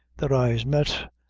their eyes met,